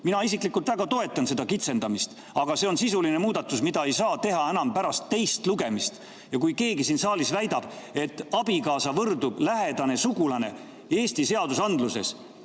Mina isiklikult väga toetan seda kitsendamist, aga see on sisuline muudatus, mida ei saa teha enam pärast teist lugemist. Ja kui keegi siin saalis väidab, et abikaasa võrdub lähedase sugulasega Eesti seadusandluses,